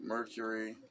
Mercury